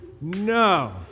No